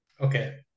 okay